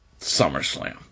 SummerSlam